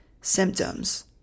symptoms